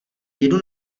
jedu